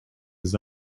his